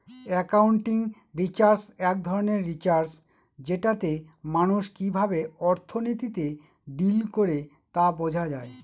accounting research এক ধরনের research যেটাতে মানুষ কিভাবে অর্থনীতিতে ডিল করে তা বোঝা যায়